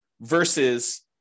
versus